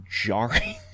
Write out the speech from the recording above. jarring